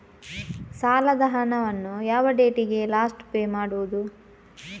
ಸಾಲದ ಹಣವನ್ನು ಯಾವ ಡೇಟಿಗೆ ಲಾಸ್ಟ್ ಪೇ ಮಾಡುವುದು?